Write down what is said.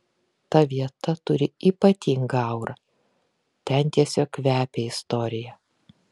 ta vieta turi ypatingą aurą ten tiesiog kvepia istorija